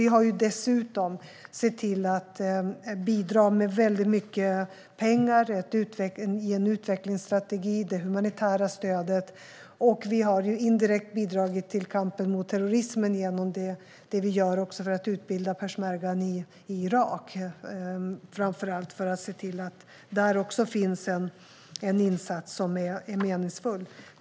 Vi har dessutom bidragit med väldigt mycket pengar till en utvecklingsstrategi och till det humanitära stödet. Och vi bidrar indirekt till kampen mot terrorismen genom det vi gör för att utbilda peshmergan i Irak, framför allt för att se till att det även där finns en insats som är meningsfull.